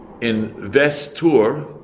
investor